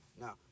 Now